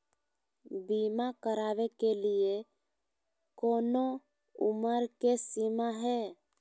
बीमा करावे के लिए कोनो उमर के सीमा है?